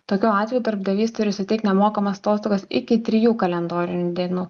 tokiu atveju darbdavys turi suteikt nemokamas atostogas iki trijų kalendorinių dienų